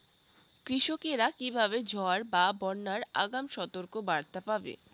কৃষকেরা কীভাবে ঝড় বা বন্যার আগাম সতর্ক বার্তা পাবে?